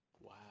Wow